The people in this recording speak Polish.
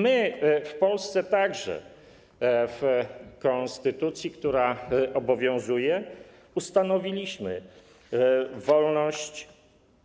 My w Polsce w konstytucji, która obowiązuje, także ustanowiliśmy wolność